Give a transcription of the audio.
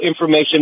information